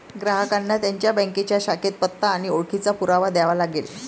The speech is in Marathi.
ग्राहकांना त्यांच्या बँकेच्या शाखेत पत्ता आणि ओळखीचा पुरावा द्यावा लागेल